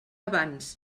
abans